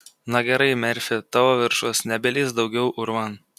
na gerai merfi tavo viršus nebelįsk daugiau urvan